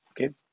Okay